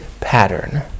pattern